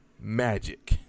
Magic